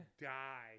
die